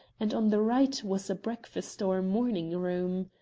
and on the right was a breakfast or morning-room.